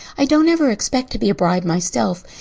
i don't ever expect to be a bride myself.